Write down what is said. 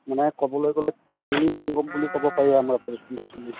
মানে ক'বলৈ গ'লে ত্ৰিবেনী সংগম বুলি ক'ব পাৰি আমাৰ